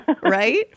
Right